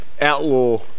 outlaw